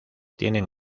tienen